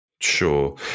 Sure